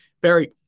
Barry